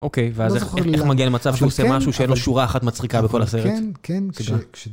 אוקיי, ואז איך מגיע למצב שהוא עושה משהו שאין לו שורה אחת מצחיקה בכל הסרט?